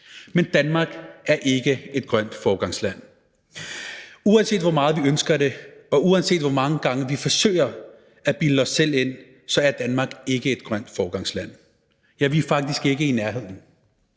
Men Danmark er ikke et grønt foregangsland. Uanset hvor meget vi ønsker det, og uanset hvor mange gange vi forsøger at bilde os selv det ind, er Danmark ikke et grønt foregangsland – ja, vi er faktisk ikke i nærheden,